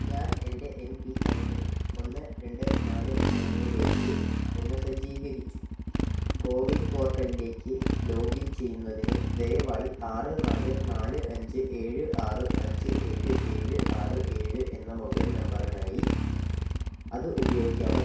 ഞാൻ എൻ്റെ M P I N ഒന്ന് രണ്ട് നാല് മൂന്നിലേക്ക് പുനഃസജ്ജീകരിച്ചു കോ വിൻ പോർട്ടലിലേക്ക് ലോഗിൻ ചെയ്യുന്നതിന് ദയവായി ആറ് നാല് നാല് അഞ്ച് ഏഴ് ആറ് അഞ്ച് ഏഴ് ഏഴ് ആറ് ഏഴ് എന്ന മൊബൈൽ നമ്പറിനായി അത് ഉപയോഗിക്കാമോ